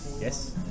yes